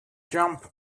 jump